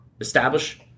establish